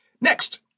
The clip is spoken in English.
Next